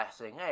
Hey